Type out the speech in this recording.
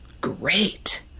Great